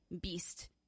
beast